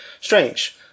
strange